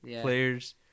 players